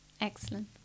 Excellent